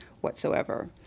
whatsoever